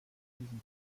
diesen